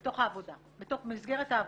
בתוך מסגרת העבודה.